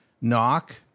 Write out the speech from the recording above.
knock